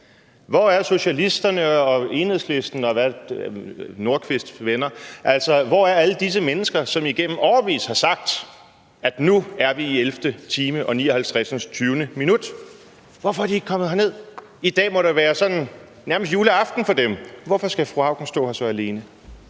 Hvor er socialisterne og Enhedslisten og hr. Rasmus Nordqvists venner? Altså hvor er alle disse mennesker, som i årevis har sagt, at vi nu er i 11. time og 59. minut? Hvorfor er de ikke kommet herned? I dag må det nærmest være juleaften for dem. Hvorfor skal fru Ida Auken stå her så alene?